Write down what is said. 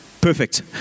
Perfect